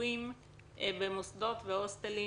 הביקורים במוסדות והוסטלים